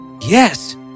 Yes